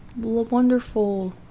wonderful